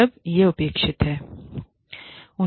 जब यह अपेक्षित है